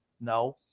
No